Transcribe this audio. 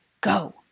Go